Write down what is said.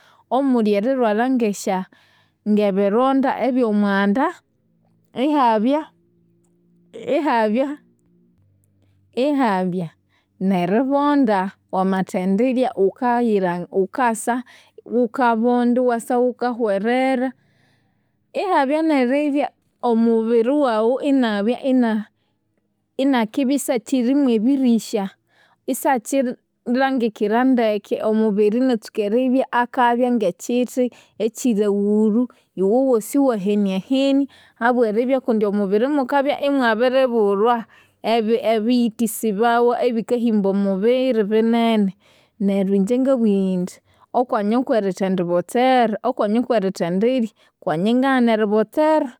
Omuli erilhwalha ngesya ngebironda obyomwanda, ihabya ihabya ihabya neribibonda wamathendirya ghukayilha ghukasa ghukabonda, iwasa ghukahwerera, ihabya neribya omubiri waghu, inabya ina inakibya isakyirimu ebirisya, isakyilhangikire ndeke, omubiri waghu inatsuka eribya akabya ngekyiti ekyiraghulhu. Iwewosi iwaheniahenia ahabyeribya kundi omubiri mukabya imwabiribulhwa, ebi- ebikayithayisibawa ebikahimba omubiri binene. Neryo inje ngabugha indi okwanya kerithendibotsera okwanya kwerithendirya, kwanya ingaghana eribotsera.